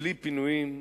בלי פינויים,